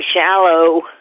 shallow